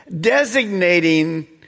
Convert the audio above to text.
designating